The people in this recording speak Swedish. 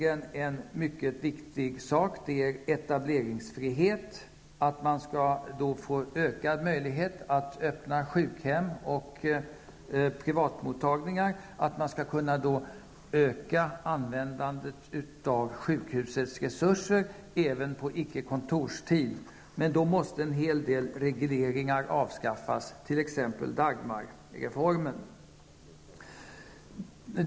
En mycket viktig sak är etableringsfrihet. Man skalll få ökad möjlighet att öppna sjukhem och privatmottagningar. Man skall kunna öka användandet av sjukhusets resurser, även på icke kontorstid. Men då måste en hel del regleringar avskaffas, t.ex. Dagmarreformen.